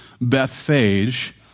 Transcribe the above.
Bethphage